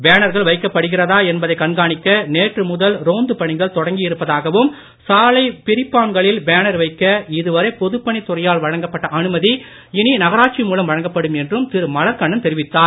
பேனர்கள் வைக்கப்படுகிறதா என்பதை கண்காணிக்க நேற்று முதல் ரோந்து பணிகள் தொடங்கியிருப்பதாகவும் சாலைப் பிரிபான்களில் பேனர் வைக்க இதுவரை பொதுப்பணித் துறையால் வழங்கப்பட்ட அனுமதி நகராட்சி மூலம் வழங்கப்படும் என்றும் திரு மலர்கண்ணன் தெரிவித்தார்